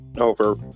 over